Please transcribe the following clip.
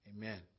amen